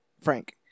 Frank